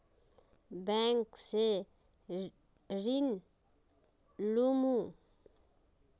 Bank से ऋण लुमू?